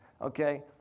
Okay